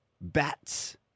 Bats